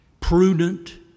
prudent